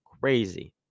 Crazy